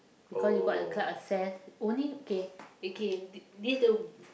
because you got a club access only okay okay this the